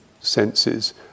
senses